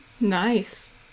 Nice